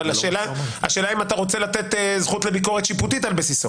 אבל השאלה היא אם אתה רוצה לתת זכות לביקורת שיפוטית על בסיסו.